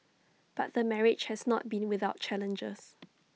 but the marriage has not been without challenges